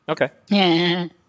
Okay